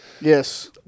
yes